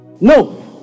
No